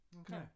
Okay